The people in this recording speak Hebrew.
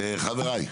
חבריי,